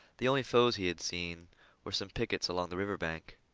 the only foes he had seen were some pickets along the river bank.